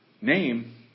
name